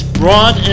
broad